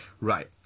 Right